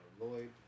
Lloyd